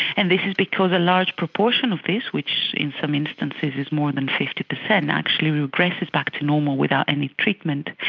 and this is because a large proportion of this, which in some instances is more than fifty percent, actually regresses back to normal without any treatment.